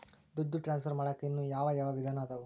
ದುಡ್ಡು ಟ್ರಾನ್ಸ್ಫರ್ ಮಾಡಾಕ ಇನ್ನೂ ಯಾವ ಯಾವ ವಿಧಾನ ಅದವು?